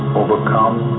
overcome